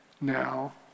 now